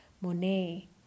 Monet